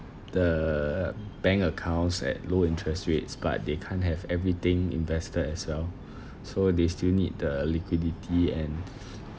the bank accounts at low interest rates but they can't have everything invested as well so they still need the liquidity and